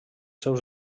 seus